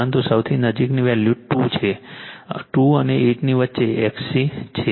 પરંતુ સૌથી નજીકની વેલ્યુ 2 છે 2 અને 8 ની વચ્ચે XC છે